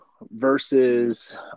versus